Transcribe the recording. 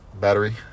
Battery